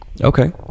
Okay